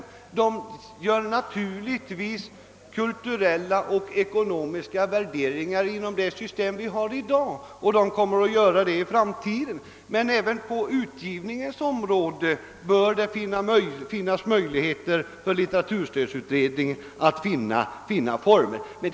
Förlagen gör naturligtvis även med nuvarande system kulturella och ekonomiska värderingar, och de kommer att göra sådana bedömningar också i framtiden. Även på utgivningsområdet bör det emellertid finnas möjligheter för litteraturstödutredningen att komma med förslag.